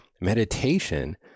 meditation